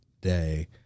day